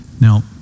Now